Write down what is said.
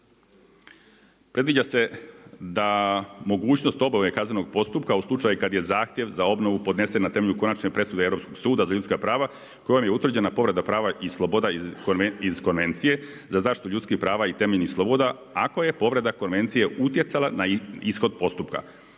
Predviđa se da mogućnost …/Govornik se ne razumije./… kaznenog postupka u slučaju kada je zahtjev za obnovu podnesen na temelju konačne presude Europskog suda za ljudska prava, kojem je utvrđena povreda prava i sloboda iz Konvencije za zaštitu ljudskih prava i temeljnih sloboda, ako je povreda konvencije utjecala na ishod postupka.